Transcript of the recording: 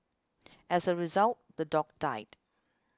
as a result the dog died